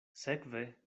sekve